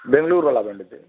బెంగళూరు గులాబండి ఇది